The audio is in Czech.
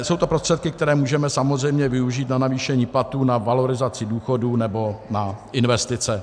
Jsou to prostředky, které můžeme samozřejmě využít na navýšení platů, na valorizaci důchodů nebo na investice.